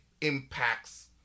impacts